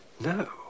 No